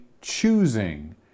choosing